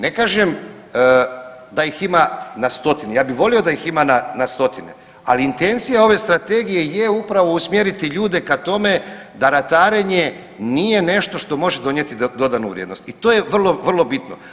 Ne kažem da ih ima na stotine, ja bih volio da ih ima na stotine, ali intencija ove strategije je upravo usmjeriti ljude k tome da ratarenje nije nešto što može donijeti dodanu vrijednost i to je vrlo, vrlo bitno.